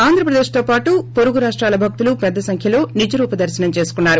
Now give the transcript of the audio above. ఆంధ్రప్రదేశ్ తో పాటు పొరుగు రాష్టాల భక్తులు పెద్ద సంఖ్యలో నిజరూప దర్పనం చేసుకొన్నారు